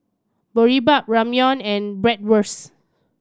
Boribap Ramyeon and Bratwurst